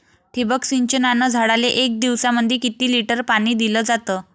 ठिबक सिंचनानं झाडाले एक दिवसामंदी किती लिटर पाणी दिलं जातं?